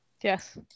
Yes